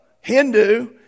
Hindu